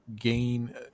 gain